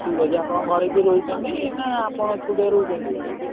ଠିକ୍ ଅଛି ଆପଣଙ୍କ ଘରେ କିଏ ରହୁଛନ୍ତି ନା ଆପଣ ଏକୁଟିଆ ରହୁଛନ୍ତି ଏଇଠି